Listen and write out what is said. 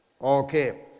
Okay